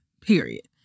period